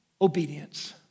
obedience